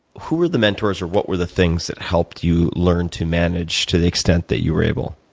who were the mentors or what were the things that helped you learn to manage to the extent that you were able?